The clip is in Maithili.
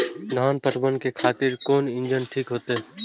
धान पटवन के खातिर कोन इंजन ठीक होते?